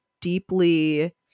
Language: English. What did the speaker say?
deeply